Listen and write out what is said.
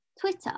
Twitter